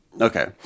Okay